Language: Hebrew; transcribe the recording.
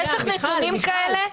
יש לך נתונים כאלה?